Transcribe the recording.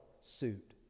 suit